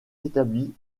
établie